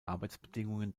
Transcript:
arbeitsbedingungen